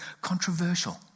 controversial